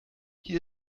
hier